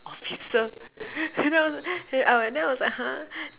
officer you know then I was like !huh!